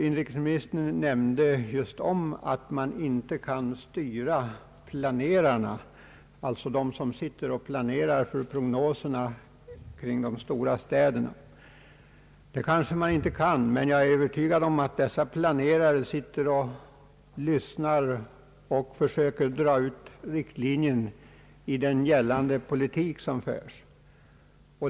Inrikesministern nämnde att man inte kan styra planerarna, alltså de som planerar för prognoserna för de stora städerna. Det kanske man inte kan, men jag är övertygad om att dessa planerare lyssnar till och försöker dra ut riktlinjen i den politik som förs.